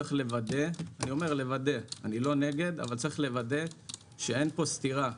יש לוודא ואני לא נגד שאין פה סתירה,